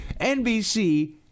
NBC